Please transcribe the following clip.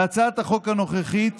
בהצעת החוק הנוכחית